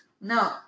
No